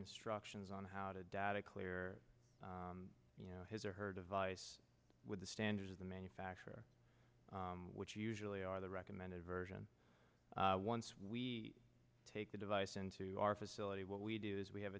instructions on how to data clear his or her device with the standards of the manufacturer which usually are the recommended version once we take the device into our facility what we do is we have